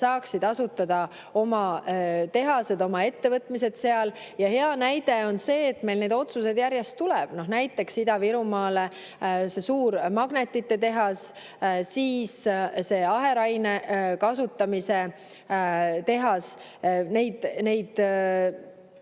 saaksid asutada oma tehased, oma ettevõtmised seal. Ja hea näide on see, et meil neid otsuseid järjest tuleb. Näiteks Ida-Virumaale see suur magnetite tehas, siis see aheraine kasutamise tehas.